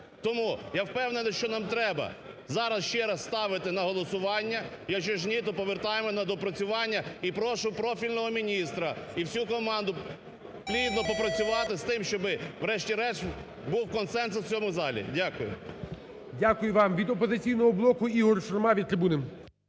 Тому я впевнений, що нам треба зараз ще раз ставити на голосування. Якщо ж ні, то повертаємо на доопрацювання. І прошу профільного міністра і всю команду плідно попрацювати з тим, щоби врешті-решт був консенсус в цьому залі. Дякую. ГОЛОВУЮЧИЙ. Дякую вам. Він "Опозиційного блоку" Ігор Шурма, від трибуни.